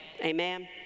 Amen